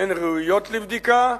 הן ראויות לבדיקה.